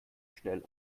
schnell